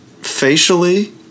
Facially